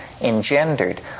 engendered